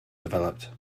developed